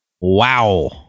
Wow